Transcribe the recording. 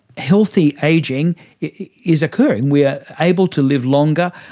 healthy ageing is occurring. we are able to live longer,